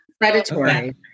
Predatory